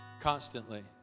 constantly